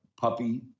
puppy